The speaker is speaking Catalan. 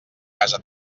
casa